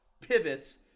pivots